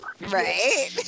Right